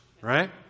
right